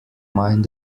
mine